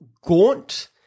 gaunt